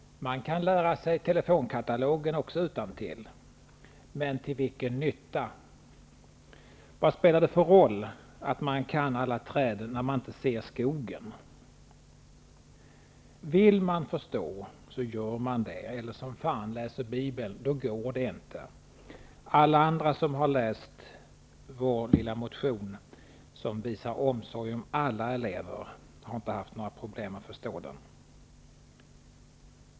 Det går att lära sig telefonkatalogen untantill. Men till vilken nytta? Vad spelar det för roll att man kan alla träden när man inte ser skogen? Vill man förstå gör man det. Eller så blir det som när Fan läser Bibeln, nämligen att det går inte. Alla andra som har läst Ny demokratis motion som visar omsorg om alla elever, har inte haft några problem att förstå den.